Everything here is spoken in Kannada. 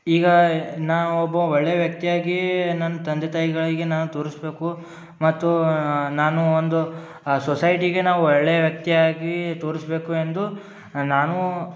ಈಗ ನಾವೊಬ್ಬ ಒಳ್ಳೆಯ ವ್ಯಕ್ತಿಯಾಗಿ ನನ್ನ ತಂದೆ ತಾಯಿಗಳಿಗೆ ನಾವು ತೋರಿಸ್ಬೇಕು ಮತ್ತು ನಾನು ಒಂದು ಸೊಸೈಟಿಗೆ ನಾವು ಒಳ್ಳೆಯ ವ್ಯಕ್ತಿಯಾಗಿ ತೋರಿಸಬೇಕು ಎಂದು ನಾನೂ